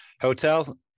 hotel